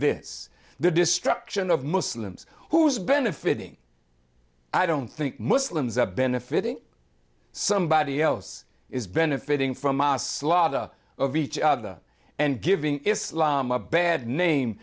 this the destruction of muslims who's benefiting i don't think muslims are benefiting somebody else is benefiting from a slaughter of each other and giving islam a bad name